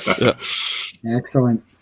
excellent